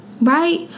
Right